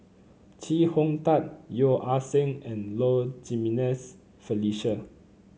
Chee Hong Tat Yeo Ah Seng and Low Jimenez Felicia